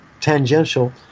tangential